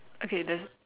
okay then